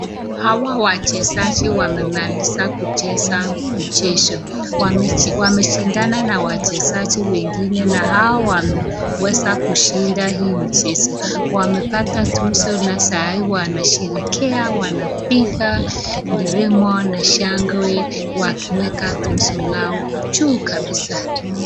Hawa wachezaji wamemaliza kuchezo mchezo wameshindana na wachezaji wengine na hao wameweza kushinda hii mchezo, wamepata tuzo na sai wanasherehekea wanapiga nderemo na shangwe wakiweka tuzo lao juu kabisa.